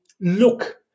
look